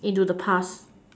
into the past